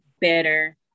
better